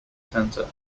centre